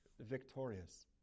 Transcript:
victorious